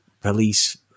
police